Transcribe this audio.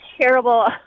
Terrible